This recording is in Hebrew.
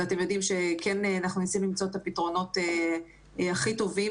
ואתם יודעים שכן ניסינו למצוא את הפתרונות הכי טובים,